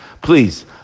please